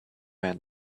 man